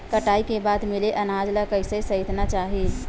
कटाई के बाद मिले अनाज ला कइसे संइतना चाही?